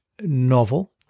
novel